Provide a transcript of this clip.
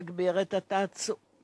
להגביר את התעסוקה